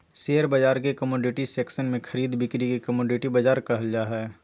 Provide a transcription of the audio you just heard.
share बाजार के commodity section में खरीद बिक्री के कमोडिटी बाजार कहल जा हइ